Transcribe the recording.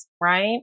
Right